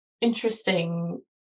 interesting